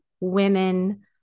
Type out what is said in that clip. women